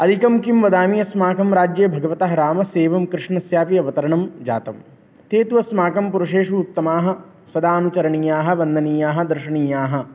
अधिकं किं वदामि अस्माकं राज्ये भगवतः रामस्य एवं कृष्णस्यापि अवतरणं जातं ते तु अस्माकं पुरुषेषु उत्तमाः सदानुचरणीयाः वन्दनीयाः दर्शनीयाः